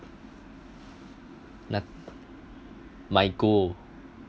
not my goal